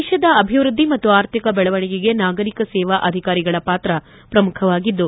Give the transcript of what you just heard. ದೇಶದ ಅಭಿವೃದ್ದಿ ಮತ್ತು ಆರ್ಥಿಕ ಬೆಳವಣಿಗೆಗೆ ನಾಗರಿಕ ಸೇವಾ ಅಧಿಕಾರಿಗಳ ಪಾತ್ರ ಪ್ರಮುಖವಾಗಿದ್ದು